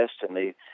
destiny